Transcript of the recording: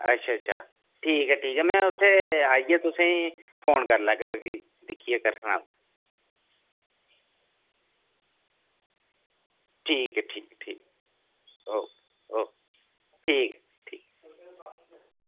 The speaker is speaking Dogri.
अच्छा अच्छा ठीक ऐ ठीक ऐ में उत्थें आइयै तुसेंगी फोन करी लैगा ते भी दिक्खियै दस्सना ठीक ऐ ठीक ऐ ठीक ओके ओके ठीक ऐ ठीक ऐ ठीक